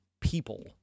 people